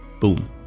boom